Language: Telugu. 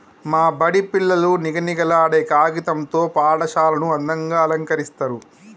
మా బడి పిల్లలు నిగనిగలాడే కాగితం తో పాఠశాలను అందంగ అలంకరిస్తరు